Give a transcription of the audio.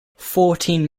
fourteen